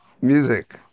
music